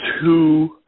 two